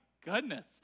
goodness